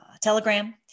Telegram